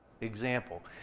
example